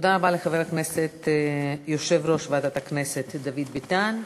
תודה רבה לחבר הכנסת יושב-ראש ועדת הכנסת דוד ביטן.